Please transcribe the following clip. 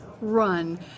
Run